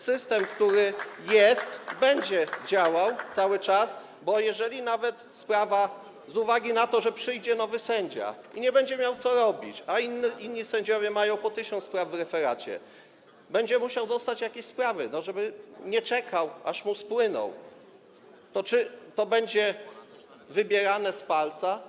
System, który jest, będzie działał cały czas, bo jeżeli nawet tak będzie, że przyjdzie nowy sędzia, nie będzie miał co robić, a inni sędziowie będą mieli po tysiąc spraw w referacie, i będzie musiał dostać jakieś sprawy, żeby nie czekał, aż mu spłyną, to czy to będzie wybierane z palca?